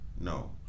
No